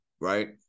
right